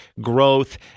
growth